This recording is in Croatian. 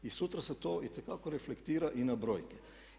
I sutra se to itekako reflektira i na brojke.